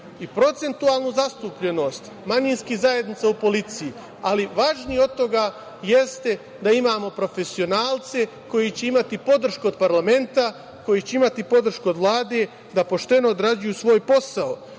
i procentualnu zastupljenost manjinskih zajednica u policiji, ali važnije od toga jeste da imamo profesionalce koji će imati podršku od parlamenta, koji će imati podršku od Vlade da pošteno odrađuju svoj posao. Na